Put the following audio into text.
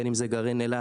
בין אם זה גרעין אלעד,